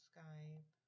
Skype